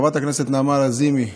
חברת הכנסת נעמה לזימי,